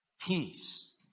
Peace